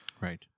right